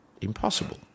impossible